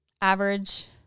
average